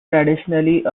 traditionally